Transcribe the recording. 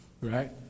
right